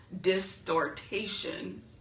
distortion